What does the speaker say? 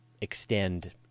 extend